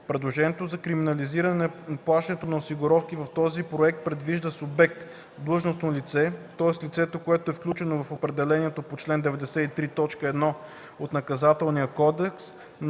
Предложението за криминализиране на неплащането на осигуровки в този проект предвижда субект – „длъжностно лице”, тоест лице, което е включено в определението по чл. 93, т. 1 от Наказателния кодекс,